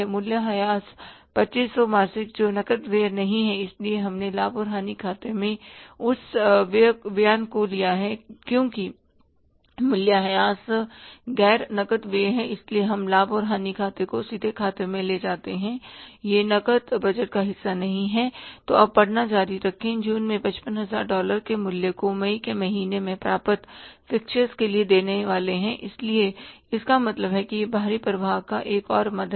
मूल्यह्रास 2500 मासिक जो नकद व्यय नहीं है इसलिए हमने लाभ और हानि खाते में उस बयान को लिया है क्योंकि मूल्यह्रास गैर नकद व्यय है इसलिए हम लाभ और हानि खाते को सीधे खाते में ले जाते हैं यह नकद बजट का हिस्सा नहीं है तो अब पढ़ना जारी रखें जून में 55000 डॉलर के मूल्य को मई के महीने में प्राप्त फिक्सचर्स के लिए देने वाले है इसलिए इसका मतलब है कि यह बाहरी प्रवाह का एक और मद है